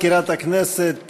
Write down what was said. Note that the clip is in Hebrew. יפעת שאשא ביטון,